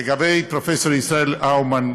לגבי פרופסור ישראל אומן,